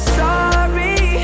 sorry